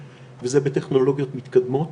לדוגמא,